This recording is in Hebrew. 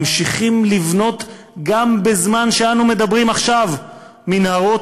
ממשיכים לבנות גם בזמן שאנו מדברים עכשיו מנהרות